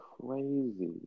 crazy